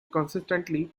consistently